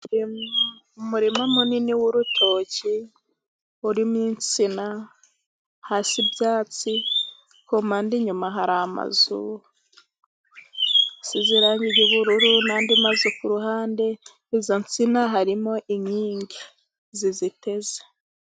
Umurima munini w'urutoki urimo insina, hasi ibyatsi. ku mpande inyuma hari amazu asize irangi ry'ubururu, n'andi mazu ku ruhande. Izo nsina harimo inkingi ziziteze.